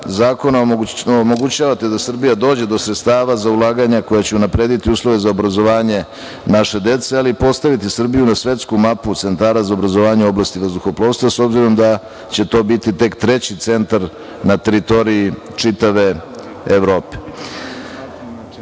zakona omogućavate da Srbija dođe do sredstava za ulaganja koja će unaprediti uslove za obrazovanje naše dece, ali i postaviti Srbiju na svetsku mapu centara za obrazovanje u oblasti vazduhoplovstva, s obzirom da će to biti tek treći centar na teritoriji čitave Evrope. Što